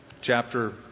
chapter